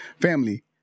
Family